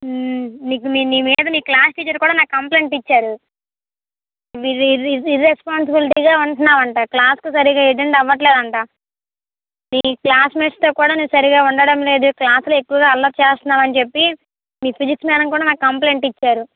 నీకు నీమీద నీ క్లాస్ టీచర్ కూడా నాకు కంప్లైంట్ ఇచ్చారు ఇర్రెస్పాన్సిబిలిటీగా ఉంటున్నావు అంటూ క్లాస్కి సరిగా అటెండ్ అవ్వట్లేదు అంటా మీ క్లాస్మేట్స్తో కూడా నువ్వు సరిగ్గా ఉండటం లేదు క్లాసులో ఎక్కువగా అల్లరిచేస్తున్నావని చెప్పి మీ ఫిజిక్స్ మేడం కూడా నాకు కంప్లైంట్ ఇచ్చారు